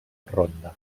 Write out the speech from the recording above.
ronda